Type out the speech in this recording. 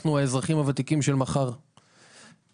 אנחנו האזרחים הוותיקים של המחר וזו